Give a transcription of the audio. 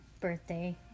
birthday